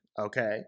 okay